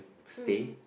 stay